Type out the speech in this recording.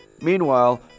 Meanwhile